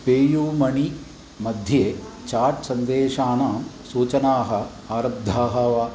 PayU मणि मध्ये chat सन्देशानां सूचनाः आरब्धाः वा